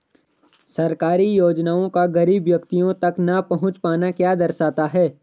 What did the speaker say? सरकारी योजनाओं का गरीब व्यक्तियों तक न पहुँच पाना क्या दर्शाता है?